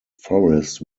forest